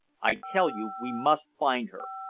i tell you, we must find her.